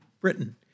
Britain